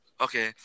Okay